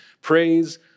Praise